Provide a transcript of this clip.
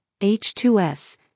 H2S